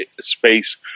space